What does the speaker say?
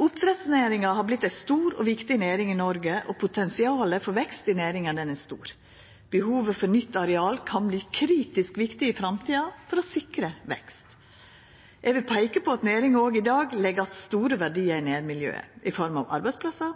Oppdrettsnæringa har vorte ei stor og viktig næring i Noreg, og potensialet for vekst i næringa er stor. Behovet for nytt areal kan verta kritisk viktig i framtida for å sikra vekst. Eg vil peika på at næringa òg i dag legg att store verdiar i nærmiljøet i form av arbeidsplassar,